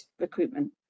recruitment